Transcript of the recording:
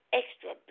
extra